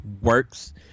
works